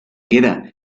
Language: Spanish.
queda